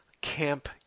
camp